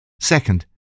Second